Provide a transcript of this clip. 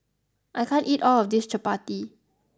I can't eat all of this Chappati